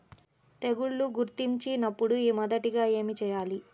తెగుళ్లు గుర్తించినపుడు మొదటిగా ఏమి చేయాలి?